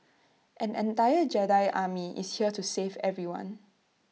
an entire Jedi army is here to save everyone